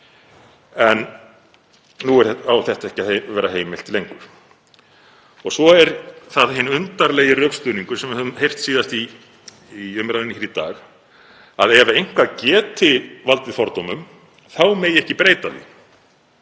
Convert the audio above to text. En nú á þetta ekki að vera heimilt lengur. Svo er það hinn undarlegi rökstuðningur sem við höfum heyrt, síðast í umræðunni hér í dag, að ef eitthvað geti valdið fordómum megi ekki breyta því.